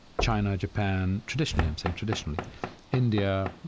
china, japan traditionally, i'm saying, traditionally india,